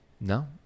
no